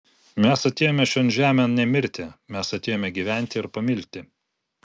mes atėjome šion žemėn ne mirti mes atėjome gyventi ir pamilti